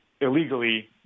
illegally